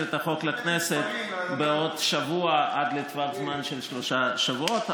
את החוק לכנסת בעוד שבוע עד לטווח זמן של שלושה שבועות,